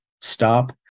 stop